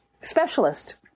specialist